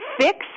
fix